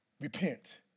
repent